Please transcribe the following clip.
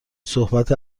صحبت